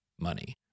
money